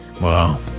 Wow